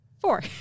Four